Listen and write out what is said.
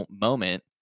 moment